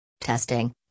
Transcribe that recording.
Testing